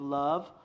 love